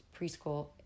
preschool